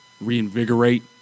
reinvigorate